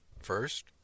First